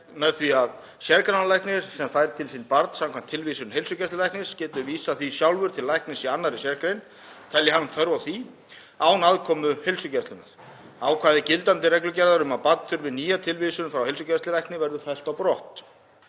með því að sérgreinalæknir sem fær til sín barn samkvæmt tilvísun heilsugæslulæknis getur vísað því sjálfur til læknis í annarri sérgrein telji hann þörf á því án aðkomu heilsugæslunnar. Ákvæði gildandi reglugerðar um að barn þurfi nýja tilvísun frá heilsugæslulækni verður fellt brott.